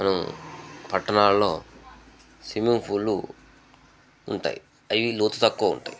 మనం పట్టణాలలో స్విమ్మింగ్ ఫూళ్ళు ఉంటాయి అవి లోతు తక్కువ ఉంటాయి